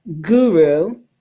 guru